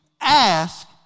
ask